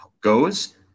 goes